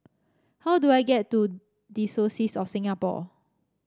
how do I get to Diocese of Singapore